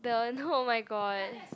the oh-my-god